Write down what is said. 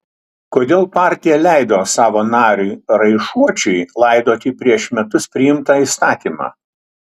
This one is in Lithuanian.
kodėl partija leido savo nariui raišuočiui laidoti prieš metus priimtą įstatymą